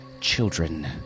children